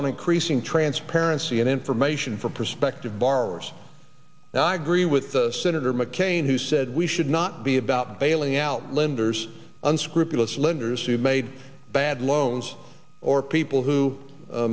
on increasing transparency and information for prospective borrowers now i agree with senator mccain who said we should not be about bailing out lenders unscrupulous lenders who made bad loans or people who